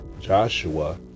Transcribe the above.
Joshua